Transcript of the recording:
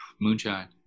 Moonshine